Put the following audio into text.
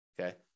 Okay